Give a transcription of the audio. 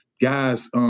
guys